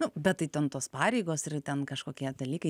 nu bet tai ten tos pareigos ir ten kažkokie dalykai